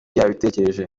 yabitekereje